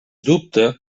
dubte